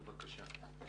בבקשה.